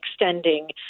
extending